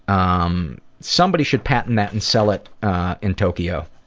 um somebody should patent that and so that in tokyo.